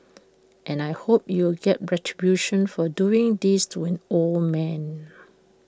and I hope U will get retribution for doing this to an old man